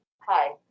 Hi